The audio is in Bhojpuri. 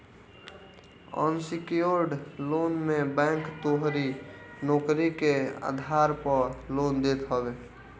अनसिक्योर्ड लोन मे बैंक तोहरी नोकरी के आधार पअ लोन देत हवे